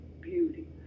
Beauty